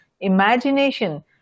imagination